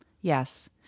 Yes